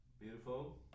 beautiful